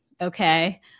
okay